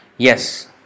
Yes